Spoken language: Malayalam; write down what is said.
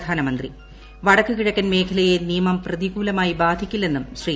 പ്രധാനമന്ത്രി വടക്കു കിഴക്കൻ മേഖലയെ നിയമം പ്രതികൂലമായി ബാധിക്കില്ലെന്നും ശ്രീ